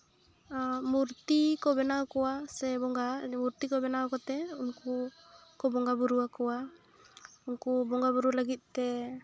ᱢᱩᱨᱛᱤ ᱠᱚ ᱵᱮᱱᱟᱣ ᱠᱚᱣᱟ ᱥᱮ ᱵᱚᱸᱜᱟ ᱢᱩᱨᱛᱤ ᱠᱚ ᱵᱮᱱᱟᱣ ᱠᱚᱛᱮ ᱩᱱᱠᱩ ᱠᱚ ᱵᱚᱸᱜᱟ ᱵᱳᱨᱳᱣ ᱟᱠᱚᱣᱟ ᱩᱱᱠᱩ ᱵᱚᱸᱜᱟ ᱵᱳᱨᱳ ᱞᱟᱹᱜᱤᱫ ᱛᱮ